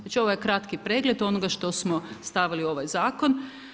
Znači ovo je kratki pregled onoga što smo stavili u ovaj zakon.